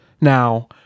Now